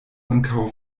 ankaŭ